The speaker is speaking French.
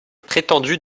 prétendu